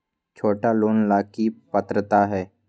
छोटा लोन ला की पात्रता है?